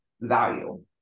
value